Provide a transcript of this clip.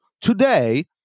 Today